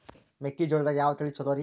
ಮೆಕ್ಕಿಜೋಳದಾಗ ಯಾವ ತಳಿ ಛಲೋರಿ?